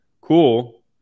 cool